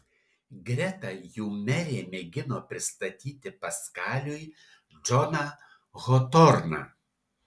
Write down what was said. greta jų merė mėgino pristatyti paskaliui džoną hotorną